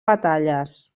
batalles